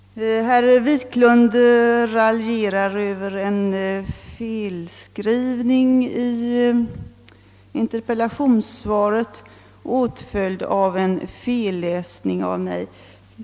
Herr Wiklund i Stockholm raljerade över en felskrivning i interpellationssvaret, åtföljd av en felläsning av mig.